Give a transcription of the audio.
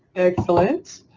excellent.